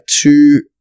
two